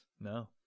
no